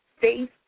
faith